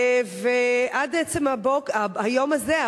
עד עצם היום הזה,